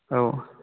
औ